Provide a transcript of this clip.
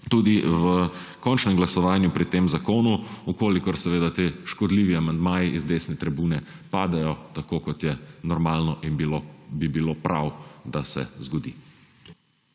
tudi v končnem glasovanju pri tem zakonu, če seveda ti škodljivi amandmaji z desene tribune padejo, tako kot je normalno in bi bilo prav, da se zgodi.